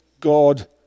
God